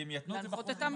כי הם יתנו את זה.